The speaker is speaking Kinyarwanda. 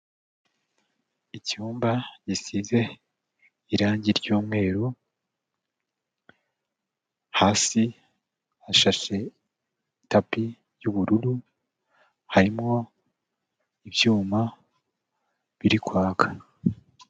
Icyumba gisize irangi ry'umweru, hasi hashashe tapi y'ubururu, harimo ibyuma biri kwaka.